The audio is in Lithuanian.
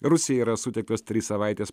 rusijai yra suteiktos trys savaitės